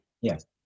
yes